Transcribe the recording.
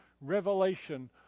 revelation